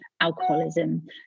alcoholism